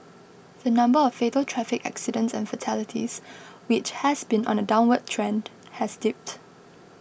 the number of fatal traffic accidents and fatalities which has been on a downward trend has dipped